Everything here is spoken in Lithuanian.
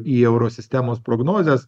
į euro sistemos prognozes